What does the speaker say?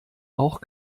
auch